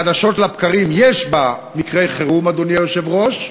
חדשות לבקרים יש בה מקרי חירום, אדוני היושב-ראש,